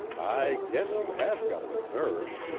i guess you have got the nerve,